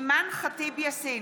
אימאן ח'טיב יאסין,